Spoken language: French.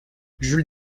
jules